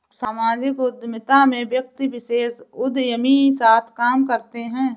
सामाजिक उद्यमिता में व्यक्ति विशेष उदयमी साथ काम करते हैं